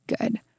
good